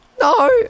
No